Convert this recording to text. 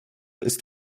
ist